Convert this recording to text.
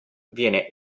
viene